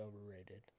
overrated